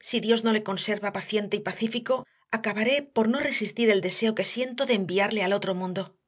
si dios no le conserva paciente y pacífico acabaré por no resistir el deseo que siento de enviarle al otro mundo